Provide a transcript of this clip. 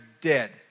dead